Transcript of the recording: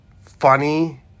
funny